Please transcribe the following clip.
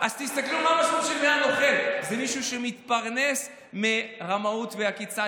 אז תסתכלו מה המשמעות של המילה "נוכל" זה מישהו שמתפרנס מרמאות ועקיצה.